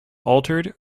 altered